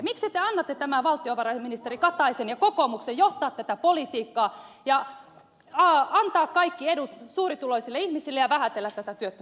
miksi te annatte tämän valtiovarainministeri kataisen ja kokoomuksen johtaa tätä politiikkaa ja antaa kaikki edut suurituloisille ihmisille ja vähätellä tätä työttömyyden kasvua